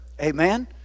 Amen